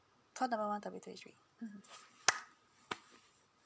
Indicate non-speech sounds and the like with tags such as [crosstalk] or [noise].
call number one topic three H_D_B hmm hmm [noise]